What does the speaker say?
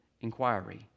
inquiry